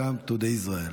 Welcome to Israel.